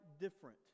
different